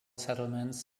settlements